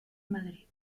madrid